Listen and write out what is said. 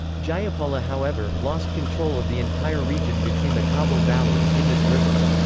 jayapala however, lost control of the entire region between the kabul valley and indus river.